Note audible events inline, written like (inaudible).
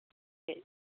(unintelligible)